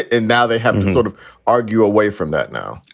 and now they have to sort of argue away from that now,